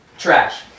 Trash